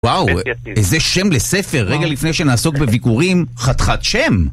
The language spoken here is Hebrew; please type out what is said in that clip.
וואו, איזה שם לספר, רגע לפני שנעסוק בביקורים, חתיכת שם!